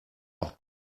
por